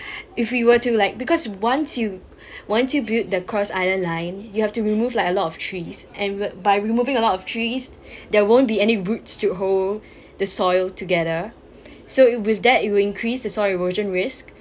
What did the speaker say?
if we were to like because once you once you build the cross island line you have to remove like a lot of trees and by removing a lot of trees there won't be any roots to hold the soil together so with that you will increase the soil erosion risk